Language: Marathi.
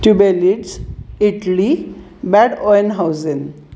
ट्यूबेलिट्स इटली बॅड ऑइन हाऊजेन